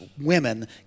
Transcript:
women